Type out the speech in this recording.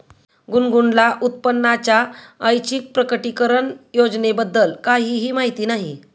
गुनगुनला उत्पन्नाच्या ऐच्छिक प्रकटीकरण योजनेबद्दल काहीही माहिती नाही